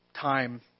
time